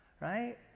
Right